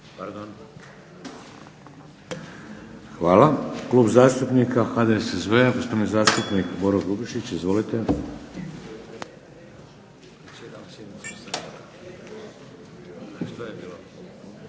Hvala. Klub zastupnika HDSSB-a, gospodin zastupnik Boro Grubišić. Izvolite.